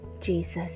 Jesus